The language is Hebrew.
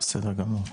בסדר גמור,